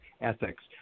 ethics